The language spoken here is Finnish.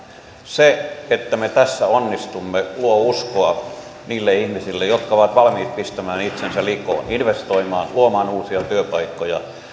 se että me tässä onnistumme luo uskoa niille ihmisille jotka ovat valmiit pistämään itsensä likoon investoimaan luomaan uusia työpaikkoja